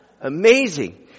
amazing